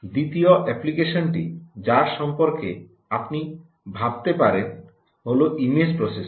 দ্বিতীয় অ্যাপ্লিকেশনটি যার সম্পর্কে আপনি ভাবতে পারেন হল ইমেজ প্রসেসিং